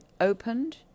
opened